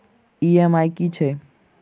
EMI की छैक?